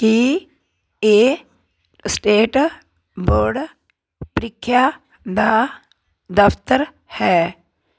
ਕੀ ਇਹ state board ਪ੍ਰੀਖਿਆ ਦਾ ਦਫ਼ਤਰ ਹੈ